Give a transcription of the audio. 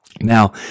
Now